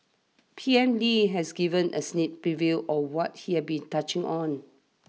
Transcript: P M Lee has given a sneak preview of what he had be touching on